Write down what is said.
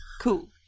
Cool